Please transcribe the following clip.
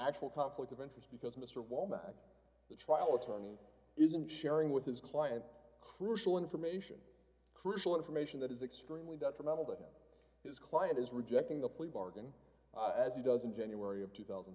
actual conflict of interest because mr womack the trial attorney isn't sharing d with his client crucial information crucial information that is extremely detrimental that his client is rejecting the plea bargain as he doesn't january of two thousand